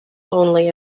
only